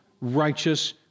righteous